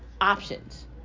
Options